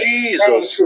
Jesus